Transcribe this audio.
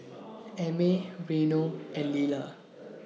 Amey Reino and Lilah